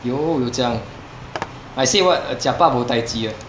有有讲 I say what uh jiak ba bo tai ji [what]